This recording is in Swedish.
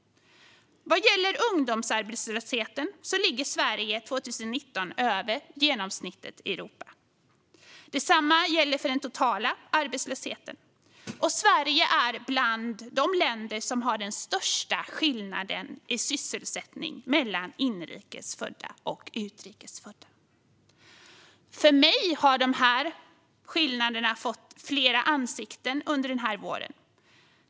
Vad gäller ungdomsarbetslösheten ligger Sverige 2019 över genomsnittet i Europa. Detsamma gäller för den totala arbetslösheten. Sverige är också bland de länder som har den största skillnaden i sysselsättning mellan inrikes födda och utrikes födda. För mig har de här skillnaderna fått flera ansikten under den här våren.